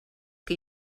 que